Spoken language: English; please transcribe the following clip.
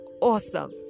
awesome